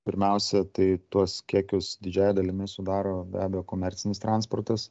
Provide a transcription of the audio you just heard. pirmiausia tai tuos kiekius didžiąja dalimi sudaro be abejo komercinis transportas